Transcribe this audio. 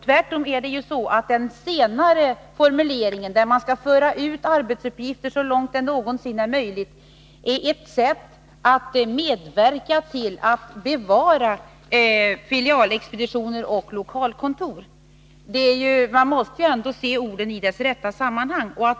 Tvärtom, den senare formuleringen — att man skall föra ut arbetsuppgifter så långt det någonsin är möjligt — talar ju om ett sätt att medverka till att bevara filialexpeditioner och lokalkontor. Man måste se orden i deras rätta sammanhang.